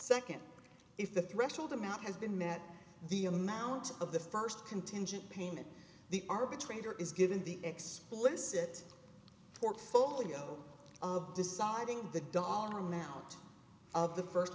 second if the threshold amount has been met the amount of the first contingent payment the arbitrator is given the explicit portfolio of deciding the dollar amount of the first